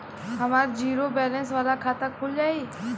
हमार zero balance वाला खाता खुल जाई?